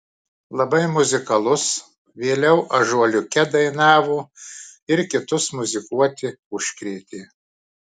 labai muzikalus vėliau ąžuoliuke dainavo ir kitus muzikuoti užkrėtė